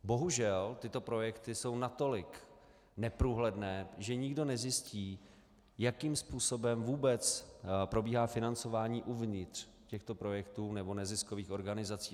Bohužel tyto projekty jsou natolik neprůhledné, že nikdo nezjistí, jakým způsobem vůbec probíhá financování uvnitř těchto projektů nebo neziskových organizací.